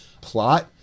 plot